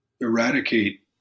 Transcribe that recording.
eradicate